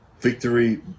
Victory